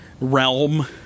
realm